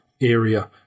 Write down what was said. area